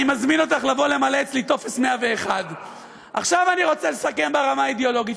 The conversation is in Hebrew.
אני מזמין אותך לבוא למלא אצלי טופס 101. עכשיו אני רוצה לסכם ברמה האידיאולוגית.